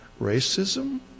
racism